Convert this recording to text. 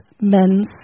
men's